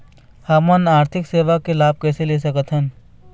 हमन आरथिक सेवा के लाभ कैसे ले सकथन?